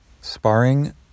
sparring